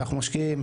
זה כבר משפיע.